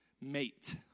mate